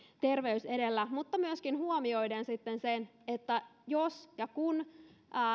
terveys edellä mutta myöskin huomioiden sitten sen että jos ja kun